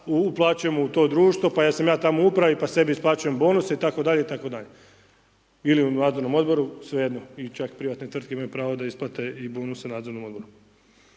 uplaćujemo u to društvo, pa jesam li ja tamo u upravi, i sebi isplaćuje mognuse itd. itd. ili u vladinom odboru, svejedno, ili čak privatne tvrtke imaju pravo da isplate i bonuse u nadzornom odboru.